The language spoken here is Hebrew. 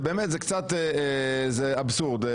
זה קצת אבסורד.